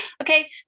Okay